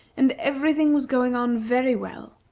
and every thing was going on very well,